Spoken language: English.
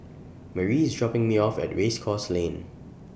Marie IS dropping Me off At Race Course Lane